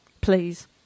please